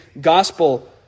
gospel